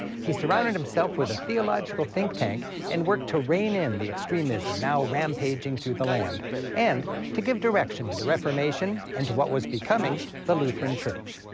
he surrounded himself with a theological think tank and worked to rein in the extremism now rampaging through the land and to give direction to the reformation and to what was becoming the lutheran church.